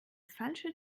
falsche